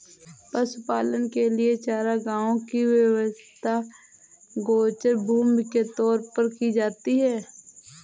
पशुपालन के लिए चारागाहों की व्यवस्था गोचर भूमि के तौर पर की जाती है